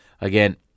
Again